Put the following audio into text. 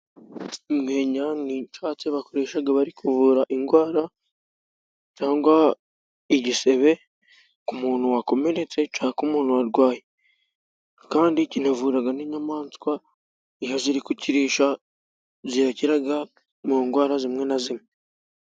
Umwenya ni icyatsi bakoresha bari kuvura indwara cyangwa igisebe ku muntu wakomeretse cyangwa umuntu warwaye . Kandi kinavura n'inyamaswa, iyo ziri kukirisha zikira indwara zimwe na zimwe.